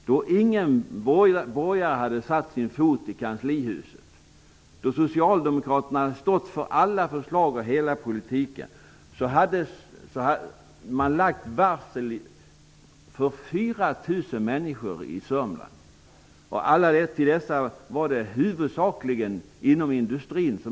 Då hade ingen borgare satt sin fot i kanslihuset, och Socialdemokraterna hade stått för alla förslag och för hela politiken. Dessa varsel gjordes huvudsakligen inom industrin.